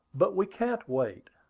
but we can't wait.